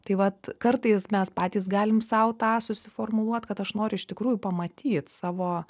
tai vat kartais mes patys galim sau tą susiformuluot kad aš noriu iš tikrųjų pamatyt savo